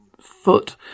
foot